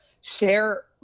share